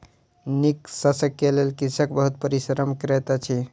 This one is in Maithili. नीक शस्यक लेल कृषक बहुत परिश्रम करैत अछि